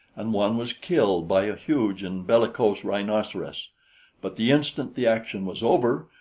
and one was killed by a huge and bellicose rhinoceros but the instant the action was over,